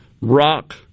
rock